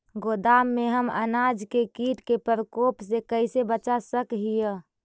गोदाम में हम अनाज के किट के प्रकोप से कैसे बचा सक हिय?